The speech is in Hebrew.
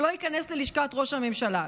שלא ייכנס ללשכת ראש הממשלה,